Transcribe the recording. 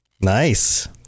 Nice